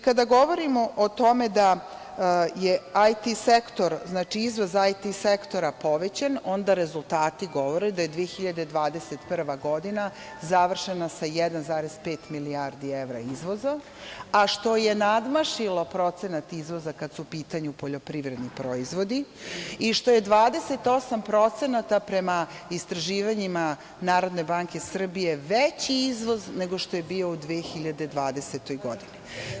Kada govorimo o tome da je IT sektor, izvoz IT sektora povećan, onda rezultati govore je da 2021. godina završena sa 1,5 milijardi evra izvoza, a što nadmašilo procenat izvoza kada su u pitanju poljoprivredni proizvodi i što je 28% prema istraživanjima NBS veći izvoz nego što je bio u 2020. godini.